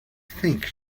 think